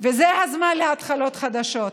וזה הזמן להתחלות חדשות.